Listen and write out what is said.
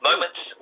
Moments